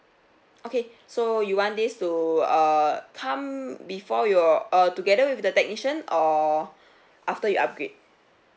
okay so you want this to err come before your uh together with the technician or after you upgrade